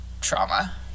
trauma